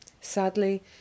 Sadly